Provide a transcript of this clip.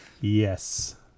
Yes